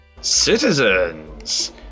Citizens